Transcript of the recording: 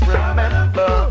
Remember